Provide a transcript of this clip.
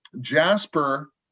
Jasper